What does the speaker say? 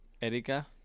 Erika